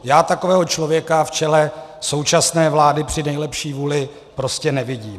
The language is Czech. Já takového člověka v čele současné vlády při nejlepší vůli prostě nevidím.